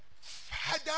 Father